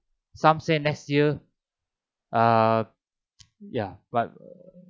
some say next year uh ya but